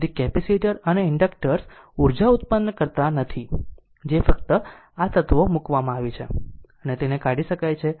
તેથી કેપેસિટર અને ઇન્ડક્ટર્સ ઉર્જા ઉત્પન્ન કરતા નથી જે ફક્ત આ તત્વો મૂકવામાં આવી છે અને તેને કાઢી શકાય છે